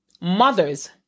Mothers